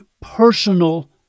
personal